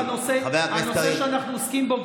ברוח הנושא שאנחנו עוסקים בו,